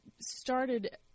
started –